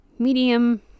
medium